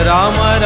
Rama